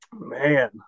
man